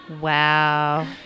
Wow